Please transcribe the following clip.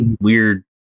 weird